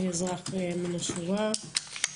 לאזרח מן השורה.